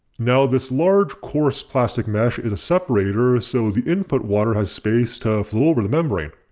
now this large coarse plastic mesh is a separator so the input water has space to flow over the membrane.